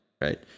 right